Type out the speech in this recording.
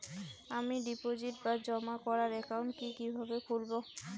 আমি ডিপোজিট বা জমা করার একাউন্ট কি কিভাবে খুলবো?